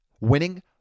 winning